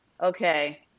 okay